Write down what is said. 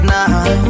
now